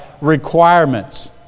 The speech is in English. requirements